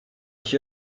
ich